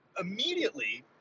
immediately